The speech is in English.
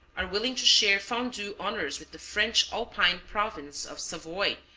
are willing to share fondue honors with the french alpine province of savoy,